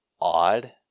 odd